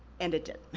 and it did.